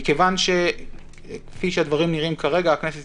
מכיוון שכפי שהדברים נראים כרגע הכנסת